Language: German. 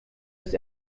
ist